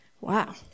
Wow